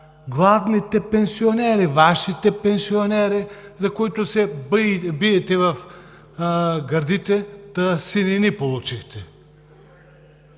гладните пенсионери, Вашите пенсионери, за които се биете в гърдите, та синини получихте?